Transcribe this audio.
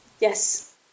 yes